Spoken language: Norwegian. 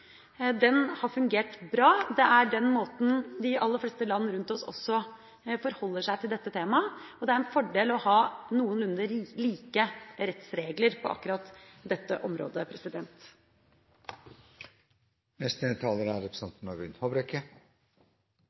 Den har fungert bra. Det er også den måten de aller fleste land rundt oss forholder seg til dette temaet på, og det er en fordel å ha noenlunde like rettsregler på akkurat dette området.